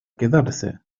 quedarse